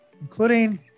including